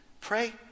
Pray